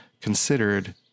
considered